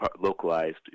localized